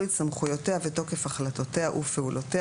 סמכויותיה ותוקף החלטותיה ופעולותיה לא